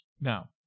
Now